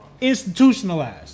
institutionalized